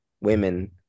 Women